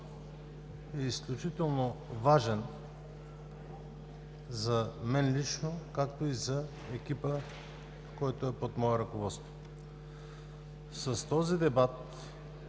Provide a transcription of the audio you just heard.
е изключително важен за мен лично, както и за екипа, който е под мое ръководство. С този дебат